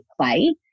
play